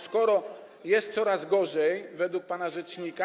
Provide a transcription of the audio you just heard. Skoro jest coraz gorzej według pana rzecznika.